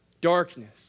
darkness